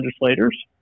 legislators